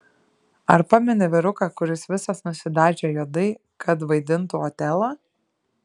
ar pameni vyruką kuris visas nusidažė juodai kad vaidintų otelą